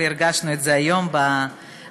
והרגשנו את זה היום בהצבעות.